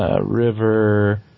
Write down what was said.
River